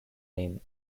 name